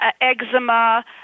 eczema